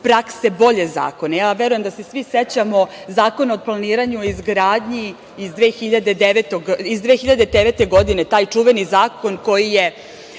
prakse bolje zakone. Verujem da se svi sećamo Zakona o planiranju i izgradnji iz 2009. godine, taj čuveni zakon koji je